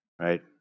right